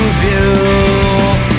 view